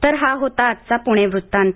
तर हा होता आजचा पुणे वृत्तांत